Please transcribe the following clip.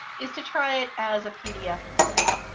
is to try it as a pdf instead.